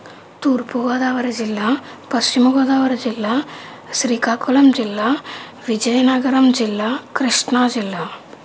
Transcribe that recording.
తూర్పుగోదావరి జిల్లా పశ్చిమగోదావరి జిల్లా శ్రీకాకుళం జిల్లా విజయనగరం జిల్లా కృష్ణాజిల్లా